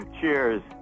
Cheers